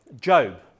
Job